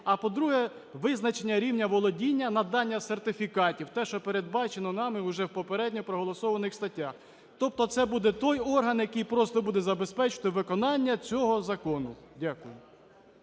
А, по-друге, визначення рівня володіння, надання сертифікатів, те, що передбачено нами уже в попередньо проголосованих статтях. Тобто це буде той орган, який просто буде забезпечувати виконання цього закону. Дякую.